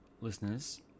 listeners